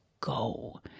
go